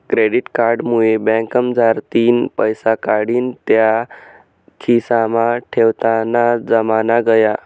credit card मुये बँकमझारतीन पैसा काढीन त्या खिसामा ठेवताना जमाना गया